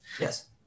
Yes